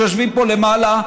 שיושבים פה למעלה,